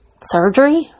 surgery